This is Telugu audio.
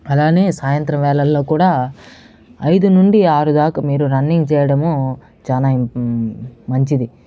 అలానే సాయంత్రం వేళల్లో కూడా ఐదు నుండి ఆరు దాకా మీరు రన్నింగ్ చేయడము చాలా ఇం మంచిది